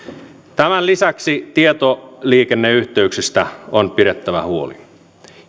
tämän lisäksi tietoliikenneyhteyksistä on pidettävä huoli